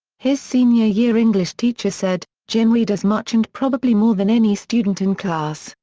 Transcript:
his senior-year english teacher said, jim read as much and probably more than any student in class,